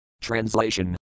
Translation